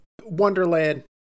wonderland